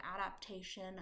adaptation